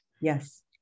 Yes